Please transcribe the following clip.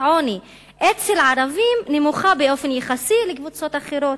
העוני אצל הערבים נמוכה באופן יחסי לקבוצות אחרות.